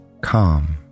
calm